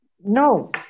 No